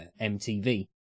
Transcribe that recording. MTV